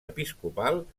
episcopal